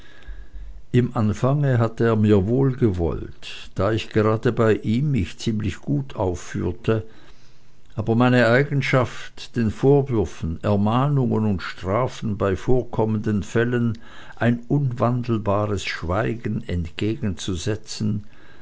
im anfange hatte er mir wohlgewollt da ich gerade bei ihm mich ziemlich gut aufführte aber meine eigenschaft den vorwürfen ermahnungen und strafen bei vorkommenden fällen ein unwandelbares schweigen entgegenzusetzen